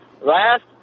last